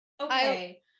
okay